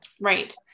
Right